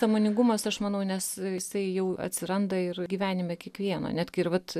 sąmoningumas aš manau nes jisai jau atsiranda ir gyvenime kiekvieno netgi ir vat